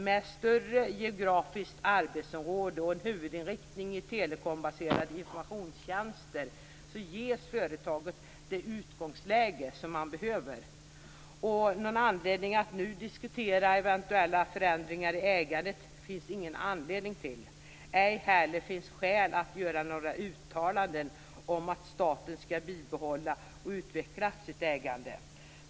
Med större geografiskt arbetsområde och en huvudinriktning på telekombaserade informationstjänster ges företaget det utgångsläge som det behöver. Det finns ingen anledning att nu diskutera eventuella förändringar i ägandet. Ej heller finns det skäl att göra några uttalanden om att staten skall bibehålla och utveckla sitt ägande.